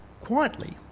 quietly